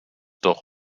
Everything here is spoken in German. doch